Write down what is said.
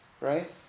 right